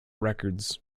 records